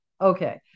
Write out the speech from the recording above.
okay